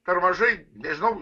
per mažai nežinau